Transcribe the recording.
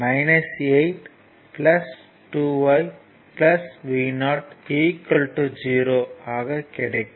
6 2 I 2 Vo 2 Vo 0 8 2 I Vo 0 ஆக கிடைக்கும்